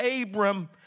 Abram